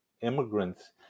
immigrants